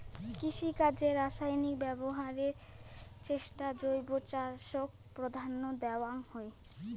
কৃষিকাজে রাসায়নিক ব্যবহারের চেয়ে জৈব চাষক প্রাধান্য দেওয়াং হই